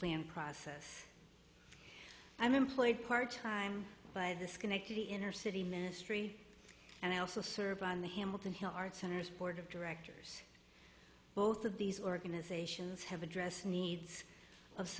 plan process i'm employed part time by the schenectady inner city ministry and i also serve on the hamilton hill arts centers board of directors both of these organizations have address the needs of